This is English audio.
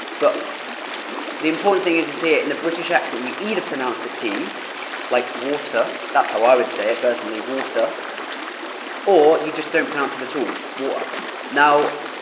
but the important thing is is here in and the british accent we either pronounce the t like water, that's how i would say it personally. water or you just don't pronounce it at all water now,